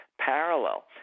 parallel